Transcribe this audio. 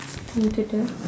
want to do